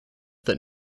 that